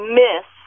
miss